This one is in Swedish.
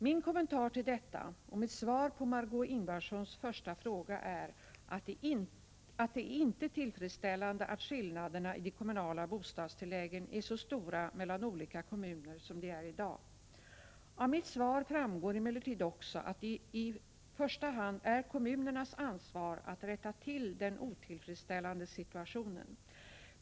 Min kommentar till detta och mitt svar på Margö Ingvardssons första fråga är att det inte är tillfredsställande att skillnaderna i de kommunala bostadstilläggen är så stora mellan olika kommuner som de är i dag. Av mitt svar framgår emellertid också att det i första hand är kommunernas ansvar att rätta till den otillfredsställande situationen.